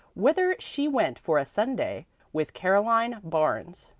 whither she went for a sunday with caroline barnes.